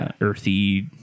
earthy